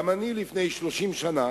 גם אני לפני 30 שנה